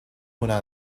una